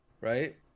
right